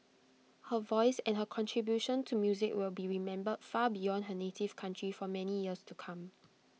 her voice and her contribution to music will be remembered far beyond her native county for many years to come